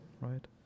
right